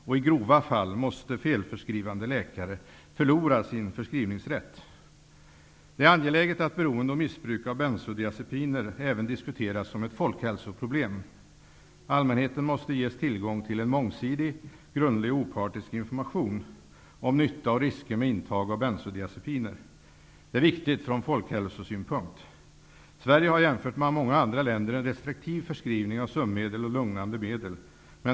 I grova fall måste felförskrivande läkare förlora sin förskrivningsrätt. Det är angeläget att beroende och missbruk av bensodiazepiner även diskuteras som ett folkhäl soproblem. Allmänheten måste ges tillgång till en mångsidig, grundlig och opartisk information om nytta och risker med intag av bensodiazepiner. Det är viktigt från folkhälsosynpunkt. Sverige har jämfört med många andra länder en restriktiv för skrivning av sömnmedel och lugnande medel.